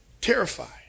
terrified